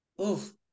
Oof